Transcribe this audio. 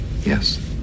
Yes